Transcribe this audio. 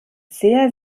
sehr